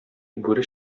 бүре